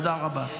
תודה רבה.